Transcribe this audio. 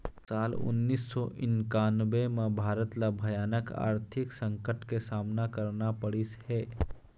साल उन्नीस सौ इन्कानबें म भारत ल भयानक आरथिक संकट के सामना करना पड़िस हे